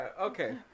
Okay